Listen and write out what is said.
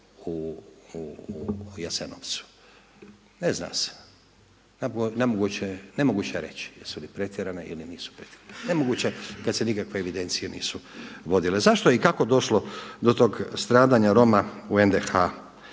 u Jasenovcu. Ne zna se, nemoguće je reći jesu li pretjerane ili nisu pretjerane. Nemoguće je kada se nikakve evidencije nisu vodile. Zašto je i kako došlo do toga stradanja Roma u NDH?